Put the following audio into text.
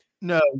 No